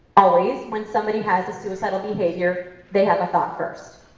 always, when somebody has a suicidal behavior, they have a thought first.